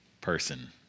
person